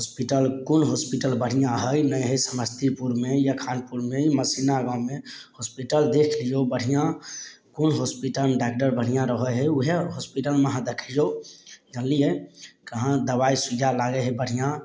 hospital कोइ hospital बढ़िआँ हइ नहि हइ समस्तीपुरमे या खानपुरमे मैहसिना गाँवमे हॉस्पिटल देख लियौ बढ़िआँ कोन हॉस्पिटलमे डॉक्टर बढ़िआँ रहय हइ उएह होस्पिटलमे अहाँ देखइयौ जनलियै कहाँ दबाइ सुइया लागय हइ बढ़िआँ